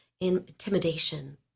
intimidation